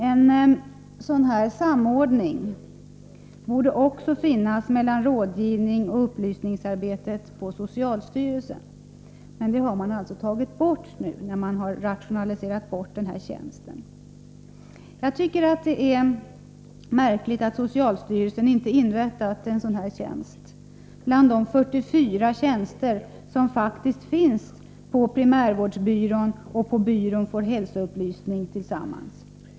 En sådan samordning borde också finnas mellan rådgivningsoch upplysningsarbetet inom socialstyrelsen. Men i och med att denna tjänst har bortrationaliserats finns ingen sådan samordning. Det är märkligt att socialstyrelsen inte har inrättat en sådan här tjänst bland de 44 tjänster som faktiskt finns på primärvårdsbyrån och på byrån för hälsoupplysning tillsammans.